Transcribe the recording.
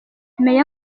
meya